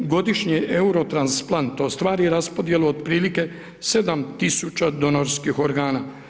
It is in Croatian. Godišnje Eurotransplant ostvari raspodjelu otprilike 7000 donorskih organa.